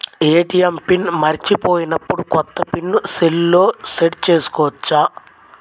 ATM pin మరచిపోయినప్పుడు, కొత్త pin సెల్లో సెట్ చేసుకోవచ్చా?